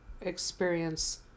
experience